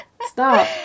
Stop